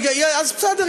אז בסדר,